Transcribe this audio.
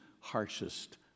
harshest